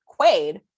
Quaid